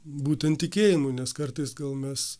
būtent tikėjimu nes kartais gal mes